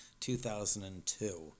2002